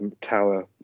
Tower